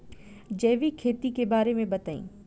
जैविक खेती के बारे में बताइ